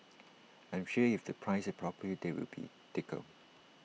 I'm sure if they price IT properly there will be takers